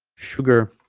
sugar